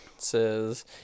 Says